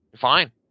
Fine